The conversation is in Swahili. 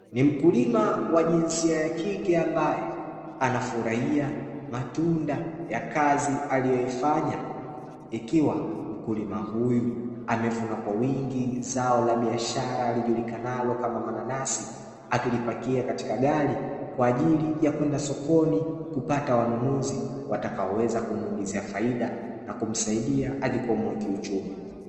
Ni mkulima wa jinsia ya kike ambaye anafurahia matunda ya kazi aliyoifanya, ikiwa mkulima huyu amevuna kwa wingi zao la biashara lijulikanalo kama mananasi akilipakia katika gari kwa ajili ya kwenda sokoni kupata wanunuzi watakaoweza kumuingizia faida na kumsaidia ajikwamue kiuchumi.